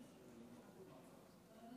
שלוש דקות לרשותך,